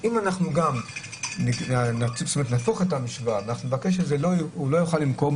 אם נהפוך את המשוואה ונגיד שממילא הוא לא יוכל למכור,